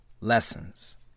lessons